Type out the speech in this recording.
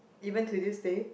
even to Tuesday